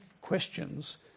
questions